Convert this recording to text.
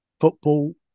football